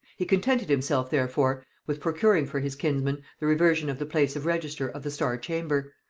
he contented himself therefore with procuring for his kinsman the reversion of the place of register of the star-chamber,